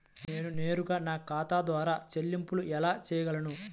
నేను నేరుగా నా ఖాతా ద్వారా చెల్లింపులు ఎలా చేయగలను?